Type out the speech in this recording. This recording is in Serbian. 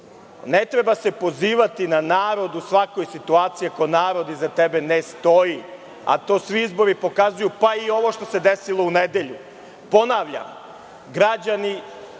treba se pozivati na narod u svakoj situaciji, ako narod iza tebe ne stoji, a to svi izbori pokazuju, pa i ovo što se desilo u nedelju. Ponavljam, građani